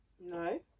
No